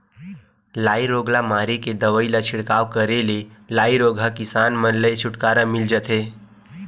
लाई रोग ल मारे के दवई ल छिड़काव करे ले लाई रोग ह किसान मन ले छुटकारा मिल जथे